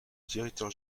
directeur